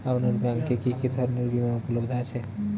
আপনার ব্যাঙ্ক এ কি কি ধরনের বিমা উপলব্ধ আছে?